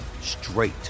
straight